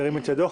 ירים את ידו.